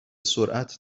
سرعت